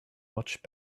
much